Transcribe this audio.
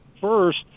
first